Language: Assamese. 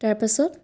তাৰপাছত